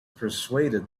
persuaded